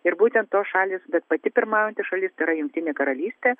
ir būtent tos šalys bet pati pirmaujanti šalis tai yra jungtinė karalystė